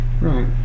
Right